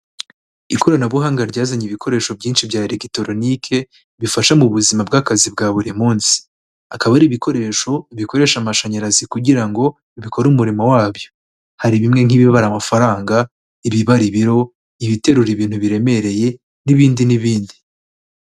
Ikoranabuhanga ryazanye ibikoresho byinshi bya éregitoronike bifasha mu buzima bw'akazi bwa buri munsi, akaba ari ibikoresho bikoresha amashanyarazi kugira ngo bikore umurimo wabyo. hari bimwe nk'ibibara amafaranga, ibibara ibiro, ibiterura ibintu biremereye n'ibindi n'ibindi.